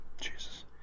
jesus